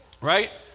Right